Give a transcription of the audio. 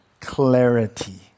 clarity